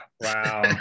Wow